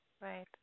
Right